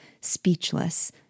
speechless